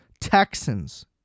Texans